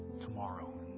tomorrow